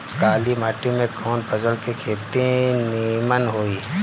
काली माटी में कवन फसल के खेती नीमन होई?